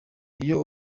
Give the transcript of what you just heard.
iyo